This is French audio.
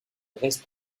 reste